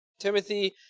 Timothy